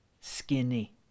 skinny